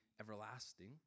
everlasting